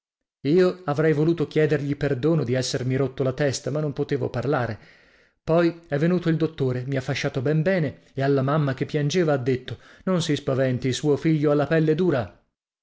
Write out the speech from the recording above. io avrei voluto chiedergli perdono di essermi rotto la testa ma non potevo parlare poi è venuto il dottore mi ha fasciato ben bene e alla mamma che piangeva ha detto non si spaventi suo figlio ha la pelle dura